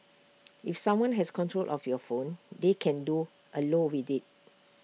if someone has control of your phone they can do A lot with IT